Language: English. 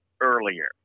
earlier